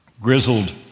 grizzled